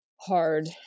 hard